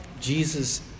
Jesus